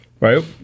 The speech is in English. Right